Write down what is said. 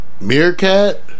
Meerkat